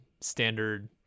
standard